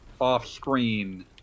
off-screen